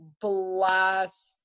blast